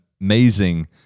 amazing